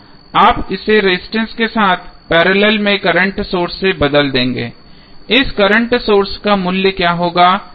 आप इसे रेजिस्टेंस के साथ पैरेलल में करंट सोर्स से बदल देंगे इस करंट सोर्स का मूल्य क्या होगा